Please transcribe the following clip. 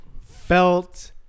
felt